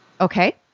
Okay